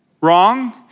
wrong